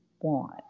want